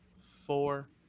four